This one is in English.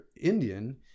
Indian